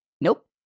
Nope